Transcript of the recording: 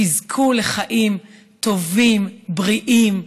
תזכו לחיים טובים, בריאים,